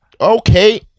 Okay